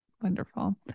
Wonderful